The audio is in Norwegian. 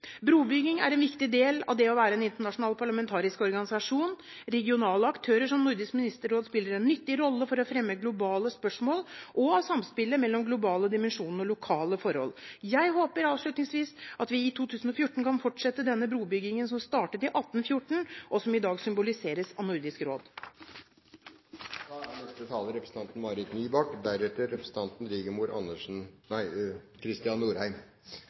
Brobygging er en viktig del av det å være en internasjonal parlamentarisk organisasjon. Regionale aktører som Nordisk ministerråd spiller en nyttig rolle for å fremme globale spørsmål og samspillet mellom globale dimensjoner og lokale forhold. Jeg håper avslutningsvis at vi i 2014 kan fortsette med denne brobyggingen som startet i 1814, og som i dag symboliseres av Nordisk